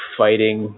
fighting